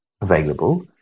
available